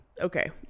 okay